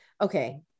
Okay